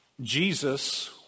Jesus